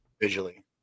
visually